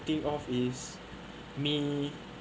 think of is mainly